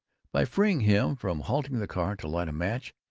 by freeing him from halting the car to light a match,